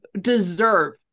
deserve